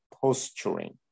posturing